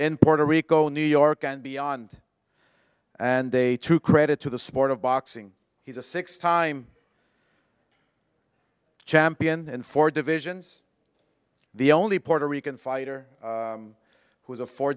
in puerto rico new york and beyond and a true credit to the sport of boxing he's a six time champion in four divisions the only puerto rican fighter who is a four